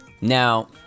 Now